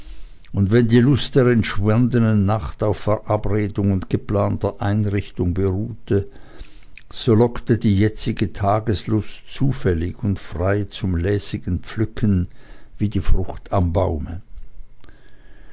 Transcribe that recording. und wenn die lust der entschwundenen nacht auf verabredung und geplanter einrichtung beruhte so lockte die jetzige tageslust zufällig und frei zum lässigen pflücken wie die frucht am baume